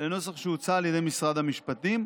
לנוסח שהוצע על ידי משרד המשפטים,